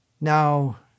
Now